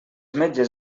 metges